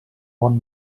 bon